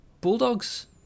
Bulldogs